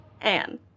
Anne